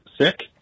sick